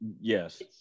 yes